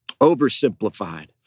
Oversimplified